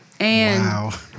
Wow